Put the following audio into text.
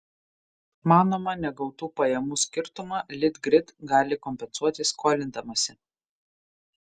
manoma negautų pajamų skirtumą litgrid gali kompensuoti skolindamasi